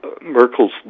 Merkel's